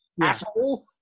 asshole